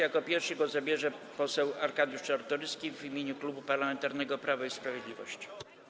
Jako pierwszy głos zabierze poseł Arkadiusz Czartoryski w imieniu Klubu Parlamentarnego Prawo i Sprawiedliwość.